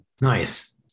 nice